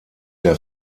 der